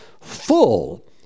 full